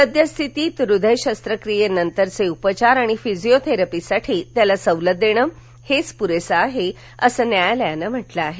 सद्यस्थितित हृदय शस्त्रक्रिये नंतरचे उपचार आणि फिजिओ थेरपीसाठी त्याला सवलत देणं हेच पुरेसं आहे असं न्यायालयानं म्हटलं आहे